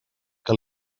que